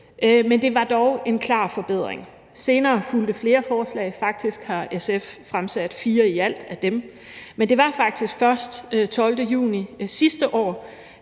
men det var dog en klar forbedring. Senere fulgte flere forslag – faktisk har SF i alt fremsat fire af dem. Men det var faktisk først den 12. juni sidste år,